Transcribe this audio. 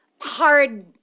hard